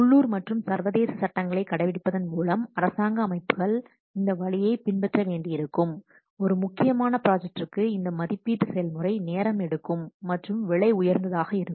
உள்ளூர் மற்றும் சர்வதேச சட்டங்களை கடைபிடிப்பதன் மூலம் அரசாங்க அமைப்புகள் இந்த வழியைப் பின்பற்ற வேண்டியிருக்கும் ஒரு முக்கியமான ப்ராஜெக்டிற்கு இந்த மதிப்பீட்டு செயல்முறை நேரம் எடுக்கும் மற்றும் விலை உயர்ந்ததாக இருக்கும்